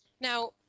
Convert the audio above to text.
Now